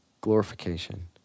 glorification